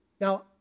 Now